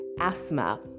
asthma